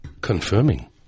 confirming